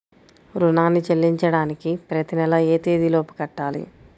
రుణాన్ని చెల్లించడానికి ప్రతి నెల ఏ తేదీ లోపు కట్టాలి?